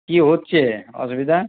কী হচ্ছে অসুবিধা